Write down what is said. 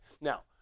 now